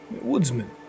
Woodsman